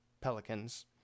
Pelicans